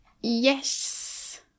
Yes